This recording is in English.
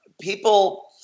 people